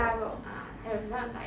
腊肉